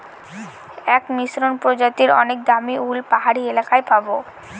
এক মসৃন প্রজাতির অনেক দামী উল পাহাড়ি এলাকায় পাবো